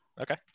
Okay